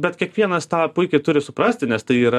bet kiekvienas tą puikiai turi suprasti nes tai yra